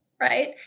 Right